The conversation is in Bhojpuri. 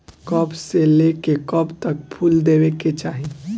कब से लेके कब तक फुल देवे के चाही?